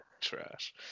trash